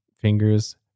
fingers